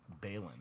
Balin